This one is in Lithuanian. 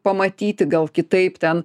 pamatyti gal kitaip ten